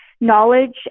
knowledge